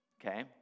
Okay